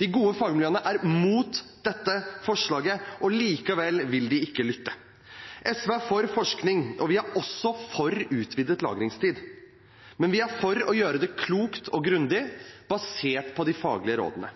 De gode fagmiljøene er imot dette forslaget. Likevel vil en ikke lytte. SV er for forskning. Vi er også for utvidet lagringstid, men vi er for å gjøre det klokt og grundig, basert på de faglige rådene.